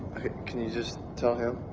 can you just tell him?